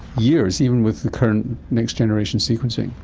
years? even with the current next-generation sequencing?